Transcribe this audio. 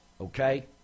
Okay